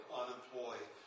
unemployed